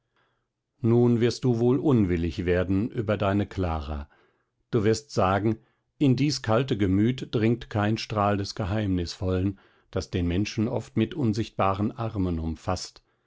nun wirst du wohl unwillig werden über deine clara du wirst sagen in dies kalte gemüt dringt kein strahl des geheimnisvollen das den menschen oft mit unsichtbaren armen umfaßt